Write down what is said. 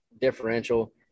differential